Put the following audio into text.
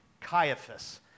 Caiaphas